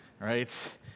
right